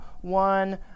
one